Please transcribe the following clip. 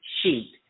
sheet